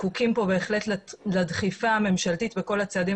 זקוקים כאן לדחיפה הממשלתית וכל הצעדים